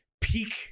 peak